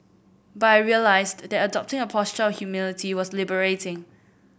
but I realised that adopting a posture of humility was liberating